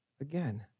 again